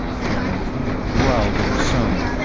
baron haer growled at his son,